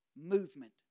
movement